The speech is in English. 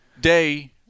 day